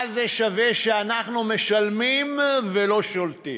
מה זה שווה שאנחנו משלמים ולא שולטים.